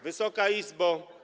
Wysoka Izbo!